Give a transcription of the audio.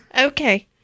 Okay